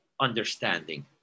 understanding